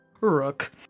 Rook